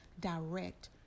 direct